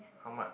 how much